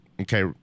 Okay